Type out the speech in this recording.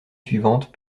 suivantes